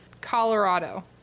colorado